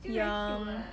young